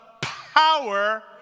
power